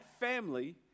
family